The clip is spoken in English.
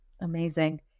Amazing